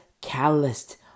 calloused